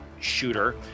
shooter